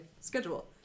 schedule